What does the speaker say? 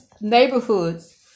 neighborhoods